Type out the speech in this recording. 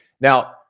Now